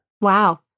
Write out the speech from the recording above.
Wow